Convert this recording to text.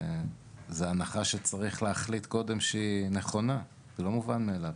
זו הנחה שצריך להחליט קודם כל שהיא נכונה כי זה לא מובן מאליו.